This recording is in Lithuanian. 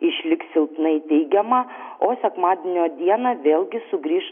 išliks silpnai teigiama o sekmadienio dieną vėlgi sugrįš